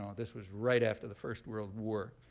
um this was right after the first world war.